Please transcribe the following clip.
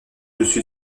dessus